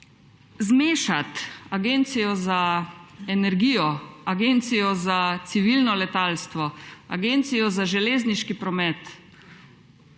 Zmešati Agencijo za energijo, Agencijo za civilno letalstvo, Agencijo za železniški promet,